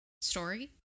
story